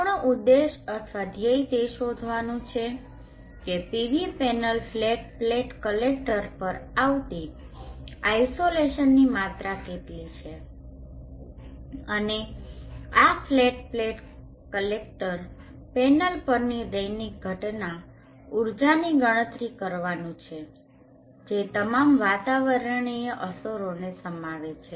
આપણું ઉદ્દેશ અથવા ધ્યેય તે શોધવાનું છે કે PV panel flat plate collector પર આવતી આઇસોલેશનની માત્રા કેટલી છે અને આ ફ્લેટ પ્લેટ કલેક્ટર પેનલ પરની દૈનિક ઘટના ઉર્જાની ગણતરી કરવાનું છે જે તમામ વાતાવરણીય અસરોને સમાવે છે